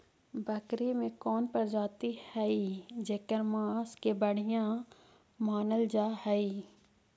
बकरी के कौन प्रजाति हई जेकर मांस के बढ़िया मानल जा हई?